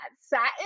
satin